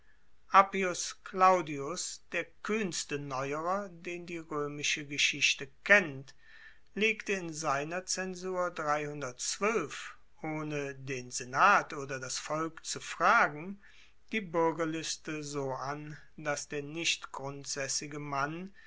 appius claudius der kuehnste neuerer den die roemische geschichte kennt legte in seiner zensur ohne den senat oder das volk zu fragen die buergerliste so an dass der nicht grundsaessige mann